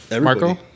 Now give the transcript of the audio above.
marco